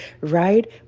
right